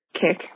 kick